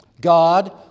god